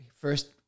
first